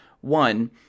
One